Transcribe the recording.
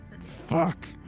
Fuck